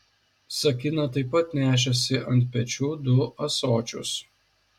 sakina taip pat nešėsi ant pečių du ąsočius